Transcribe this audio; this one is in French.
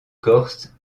corse